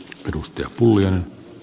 arvoisa puhemies